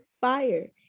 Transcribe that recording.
fire